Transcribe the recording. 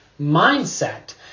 mindset